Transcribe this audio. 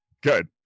Good